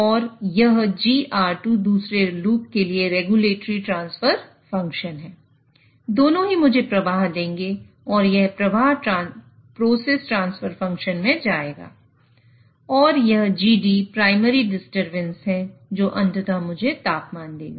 और यह Gd primary disturbance है जो अंततः मुझे तापमान देगा